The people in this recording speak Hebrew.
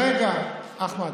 ההפך,